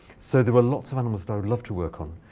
so there were lots of animals that would love to work on.